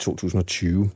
2020